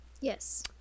yes